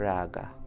Raga